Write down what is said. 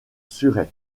surrey